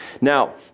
Now